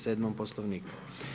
Poslovniku.